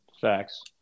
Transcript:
Facts